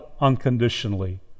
unconditionally